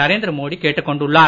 நரேந்திர மோடி கேட்டுக் கொண்டுள்ளார்